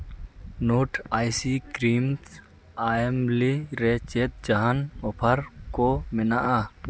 note ice cream ᱟᱭᱮᱢᱞᱤ ᱨᱮ ᱪᱮᱫ ᱡᱟᱦᱟᱱ ᱚᱯᱷᱟᱨ ᱠᱚ ᱢᱮᱱᱟᱜᱼᱟ